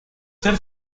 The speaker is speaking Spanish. ser